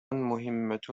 مهمة